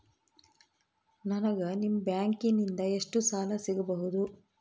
ನನಗ ನಿಮ್ಮ ಬ್ಯಾಂಕಿನಿಂದ ಎಷ್ಟು ಸಾಲ ಸಿಗಬಹುದು?